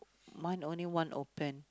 mine only one open